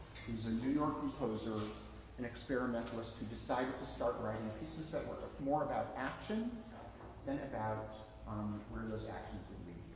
he's a new york composer and experimentalist who decided to start writing pieces that were more about action than about um where those actions would lead.